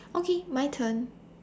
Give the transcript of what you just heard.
okay my turn